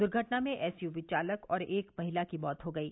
दुर्घटना में SUV चालक और एक महिला की मौत हो गयी